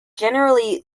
generally